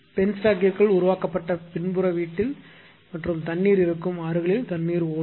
பென்ஸ்டாக்கிற்குள் உருவாக்கப்பட்ட பின்புற வீட்டில் மற்றும் தண்ணீர் இருக்கும் ஆறுகளில் தண்ணீர் ஓடும்